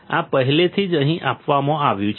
આ પહેલેથી જ અહીં આપવામાં આવ્યું છે